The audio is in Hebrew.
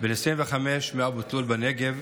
בן 25 מאבו תלול בנגב,